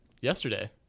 yesterday